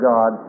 God